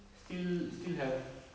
still still have